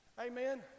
Amen